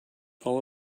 paul